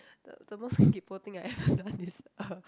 the the most kaypoh thing I ever done is uh